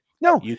No